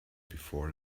before